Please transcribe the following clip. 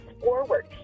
forward